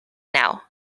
now